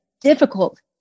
difficult